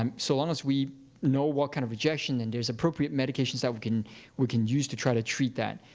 um so long as we know what kind of rejection, and there's appropriate medications that we can we can use to try to treat that.